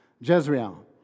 Jezreel